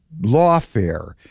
lawfare